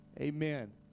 Amen